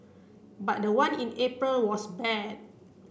but the one in April was bad